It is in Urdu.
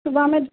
صبح میں